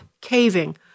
caving